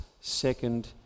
second